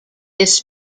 this